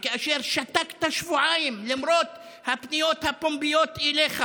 וכאשר שתקת שבועיים למרות הפניות הפומביות אליך